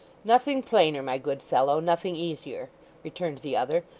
nothing plainer, my good fellow, nothing easier returned the other,